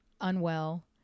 unwell